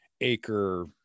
acre